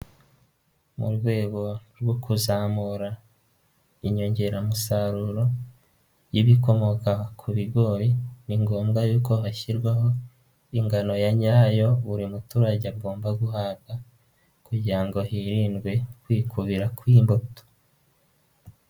Mu rwego rwo kuzamura inyongeramusaruro y'ibikomoka ku bigori, ni ngombwa yuko hashyirwaho ingano nyayo buri muturage agomba guhabwa kugira ngo hirindwe kwikubira kw'imbuto.